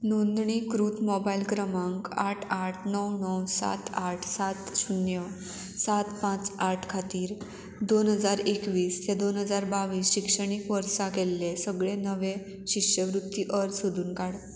नोंदणीकृत मोबायल क्रमांक आठ आठ णव णव सात आठ सात शुन्य सात पांच आठ खातीर दोन हजार एकवीस ते दोन हजार बावीस शिक्षणीक वर्सा केल्ले सगळे नवे शिश्यवृत्ती अर्ज सोदून काड